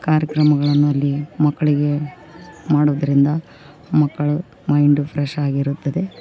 ಕಾರ್ಯಕ್ರಮಗಳನ್ನು ಅಲ್ಲಿ ಮಕ್ಕಳಿಗೆ ಮಾಡೋದ್ರಿಂದ ಮಕ್ಕಳು ಮೈಂಡ್ ಫ್ರೆಶ್ ಆಗಿರುತ್ತದೆ